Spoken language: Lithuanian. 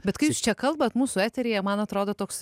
bet kai jūs čia kalbat mūsų eteryje man atrodo toks